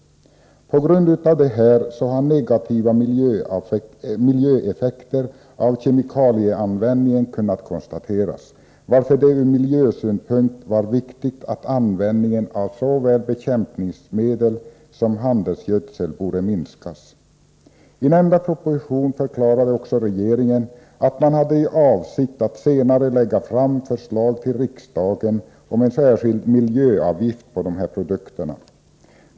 På grund av detta har negativa miljöeffekter av kemikalieanvändningen kunnat konstateras, varför det ur miljösynpunkt var viktigt att användningen av såväl bekämpningsmedel som handelsgödsel borde minskas. I nämnda proposition förklarade också regeringen att man hade för avsikt att senare lägga fram förslag till riksdagen om en särskild miljöavgift på dessa produkter.